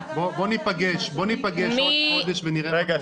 בוא ניפגש בעוד חודש ונראה --- רגע,